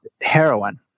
heroin